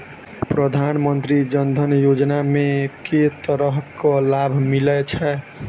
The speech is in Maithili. प्रधानमंत्री जनधन योजना मे केँ तरहक लाभ मिलय छै?